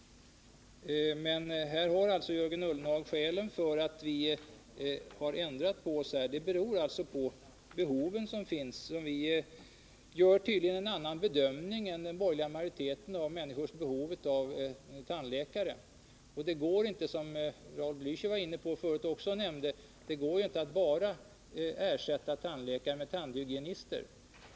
Där har alltså Jörgen Ullenhag skälen till att vi ändrat oss. Vi gör tydligen en annan bedömning än den borgerliga majoriteten av människors behov av tandläkare. Det går inte, vilket Raul Bläöcher varit inne på förut, att bara ersätta tandläkare med tandhygienister.